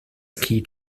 ski